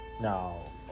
Now